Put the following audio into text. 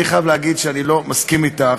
אני חייב להגיד שאני לא מסכים אתך,